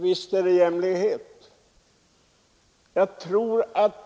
Visst är det jämlikhet!